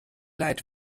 leid